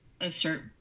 assert